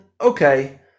Okay